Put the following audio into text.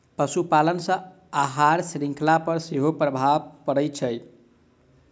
पशुपालन सॅ आहार शृंखला पर सेहो प्रभाव पड़ैत छै